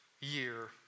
year